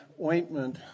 ointment